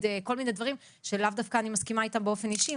וכל מיני דברים שלאו דווקא אני מסכימה איתך באופן אישי,